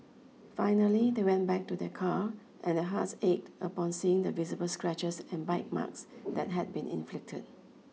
finally they went back to their car and their hearts ached upon seeing the visible scratches and bite marks that had been inflicted